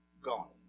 gone